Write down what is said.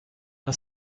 das